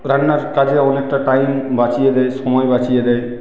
রান্নার কাজে অনেকটা টাইম বাঁচিয়ে দেয় সময় বাঁচিয়ে দেয়